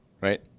right